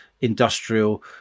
industrial